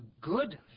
good